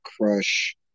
crush